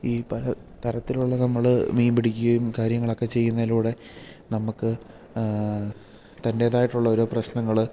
ഈ പല തരത്തിലുള്ള നമ്മൾ മീൻ പിടിക്കുകയും കാര്യങ്ങളൊക്കെ ചെയ്യുന്നതിലൂടെ നമുക്ക് തൻ്റേതായിട്ടുള്ള ഓരോ പ്രശ്നങ്ങൾ